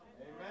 Amen